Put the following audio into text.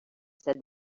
said